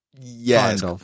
Yes